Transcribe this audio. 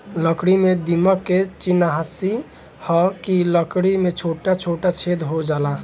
लकड़ी में दीमक के चिन्हासी ह कि लकड़ी में छोटा छोटा छेद हो जाला